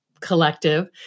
collective